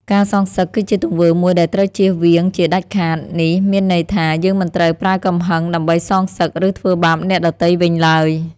ការសងសឹក គឺជាទង្វើមួយដែលត្រូវជៀសវាងជាដាច់ខាត នេះមានន័យថា យើងមិនត្រូវប្រើកំហឹងដើម្បីសងសឹក ឬធ្វើបាបអ្នកដទៃវិញឡើយ។